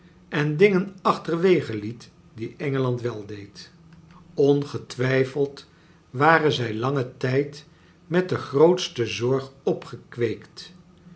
en dingen achterwege liet die engeland wel deed ongetwijfeld waren zij langen tijd en met de grootste zorg opgekweekt